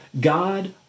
God